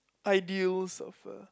ideals of uh